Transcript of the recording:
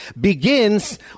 begins